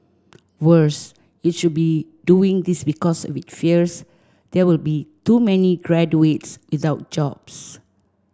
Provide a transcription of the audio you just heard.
worse it should not be doing this because it fears there will be too many graduates without jobs